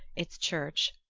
its church,